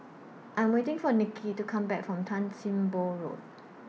I'm waiting For Nikki to Come Back from Tan SIM Boh Road